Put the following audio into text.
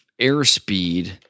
airspeed